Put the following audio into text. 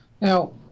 Now